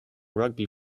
rugby